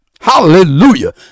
hallelujah